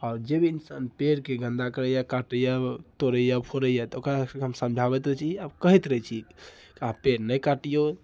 आओर जे भी ईन्सान पेड़के गन्दा करैए काटैए तोड़ैए फोड़ैया तऽ ओकरा सबके हम समझाबैत रहैत छी आ कहैत रहैत छी अहाँ पेड़ नहि काटिऔ